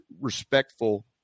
respectful